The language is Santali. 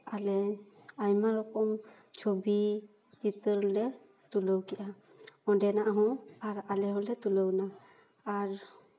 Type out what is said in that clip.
ᱟᱞᱮ ᱟᱭᱢᱟ ᱨᱚᱠᱚᱢ ᱪᱷᱚᱵᱤ ᱪᱤᱛᱟᱹᱨ ᱞᱮ ᱛᱩᱞᱟᱹᱣ ᱠᱮᱜᱼᱟ ᱚᱸᱰᱮᱱᱟᱜ ᱦᱚᱸ ᱟᱨ ᱟᱞᱮ ᱦᱚᱸᱞᱮ ᱛᱩᱞᱟᱹᱣ ᱱᱟ ᱟᱨ